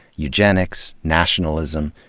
eugenics, nationalism,